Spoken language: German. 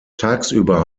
tagsüber